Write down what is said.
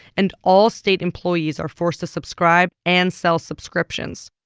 and all state employees are forced to subscribe and sell subscriptions.